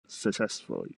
successfully